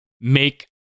make